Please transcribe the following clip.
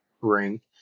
ring